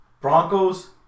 Broncos